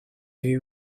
you